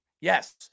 Yes